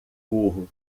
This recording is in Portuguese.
burro